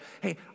hey